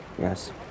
yes